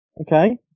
okay